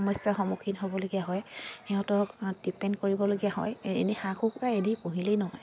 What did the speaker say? সমস্যাৰ সন্মুখীন হ'বলগীয়া হয় সিহঁতক ডিপেণ্ড কৰিবলগীয়া হয় এনে হাঁহ কুকুৰা এনেই পুহিলেই নহয়